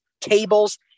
tables